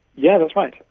yeah that's right.